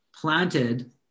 planted